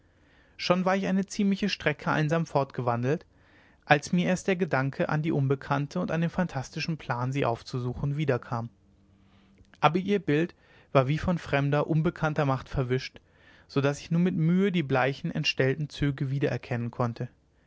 schon war ich eine ziemliche strecke einsam fortgewandelt als mir erst der gedanke an die unbekannte und an den phantastischen plan sie aufzusuchen wiederkam aber ihr bild war wie von fremder unbekannter macht verwischt so daß ich nur mit mühe die bleichen entstellten züge wiedererkennen konnte